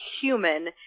human